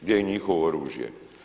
Gdje je njihovo oružje?